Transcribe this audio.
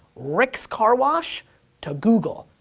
rick's car wash to google.